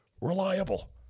reliable